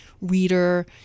reader